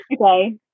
Okay